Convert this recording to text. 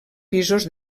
pisos